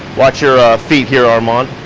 watch your feet here, armand.